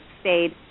stayed